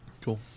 cool